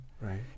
Right